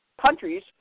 countries